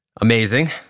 amazing